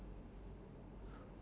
I'm still in I_T_E